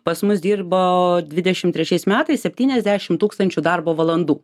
pas mus dirbo dvidešimt trečiais metais septyniasdešimt tūkstančių darbo valandų